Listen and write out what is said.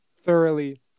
thoroughly